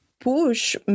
push